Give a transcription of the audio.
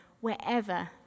wherever